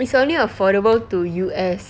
it's only affordable to U_S